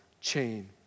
chain